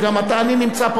נמצא פה כל יום,